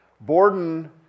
Borden